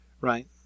right